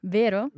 vero